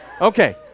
Okay